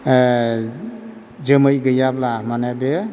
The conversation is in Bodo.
ओ जोमै गैयाब्ला माने बे